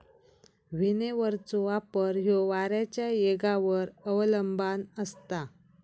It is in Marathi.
विनोव्हरचो वापर ह्यो वाऱ्याच्या येगावर अवलंबान असता